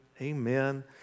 Amen